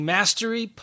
Mastery